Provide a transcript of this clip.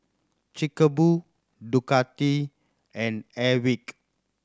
Chic a Boo Ducati and Airwick